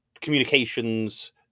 communications